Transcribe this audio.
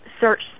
search